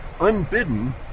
unbidden